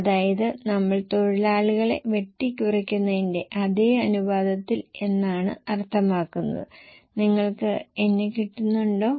അതായത് നമ്മൾ തൊഴിലാളികളെ വെട്ടിക്കുറയ്ക്കുന്നതിന്റെ അതേ അനുപാതത്തിൽ എന്നാണ് അർത്ഥമാക്കുന്നത് നിങ്ങൾക്ക് എന്നെ കിട്ടുന്നുണ്ടോ